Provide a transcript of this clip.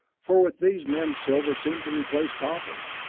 for with these men silver seemed to replace copper,